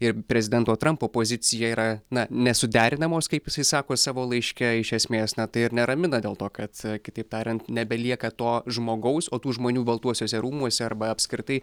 ir prezidento trampo pozicija yra na nesuderinamos kaip jisai sako savo laiške iš esmės na tai ir neramina dėl to kad kitaip tariant nebelieka to žmogaus o tų žmonių baltuosiuose rūmuose arba apskritai